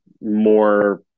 more